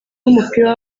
w’umupira